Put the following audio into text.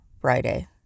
Friday